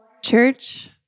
Church